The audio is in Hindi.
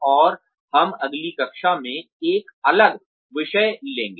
और हम अगली कक्षा में एक अलग विषय लेंगे